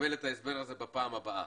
לקבל את ההסבר הזה בפעם הבאה.